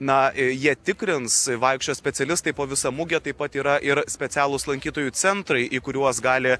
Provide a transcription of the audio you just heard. na jie tikrins vaikščios specialistai po visą mugę taip pat yra ir specialūs lankytojų centrai į kuriuos gali